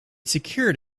secured